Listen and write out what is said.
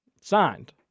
signed